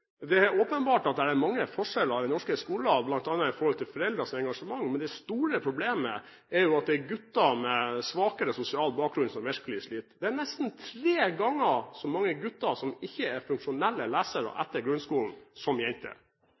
mange forskjeller i den norske skolen, bl.a. når det gjelder foreldrenes engasjement, men det store problemet er jo at det er gutter med svakere sosial bakgrunn som virkelig sliter. Det er nesten tre ganger så mange gutter som jenter som ikke er funksjonelle lesere etter grunnskolen.